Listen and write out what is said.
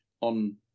on